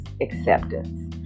acceptance